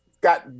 got